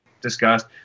discussed